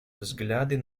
взгляды